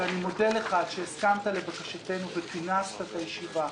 שאני מודה לך שהסכמת לבקשתנו וכינסת את הישיבה.